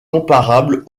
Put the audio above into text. comparable